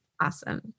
Awesome